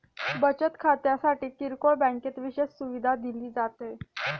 बचत खात्यासाठी किरकोळ बँकेत विशेष सुविधा दिली जाते